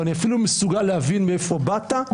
ואני אפילו מסוגל להבין מאיפה באת,